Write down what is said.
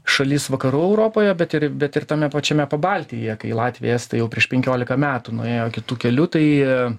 šalis vakarų europoje bet ir bet ir tame pačiame pabaltijyje kai latviai estai jau prieš penkiolika metų nuėjo kitu keliu tai